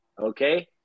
okay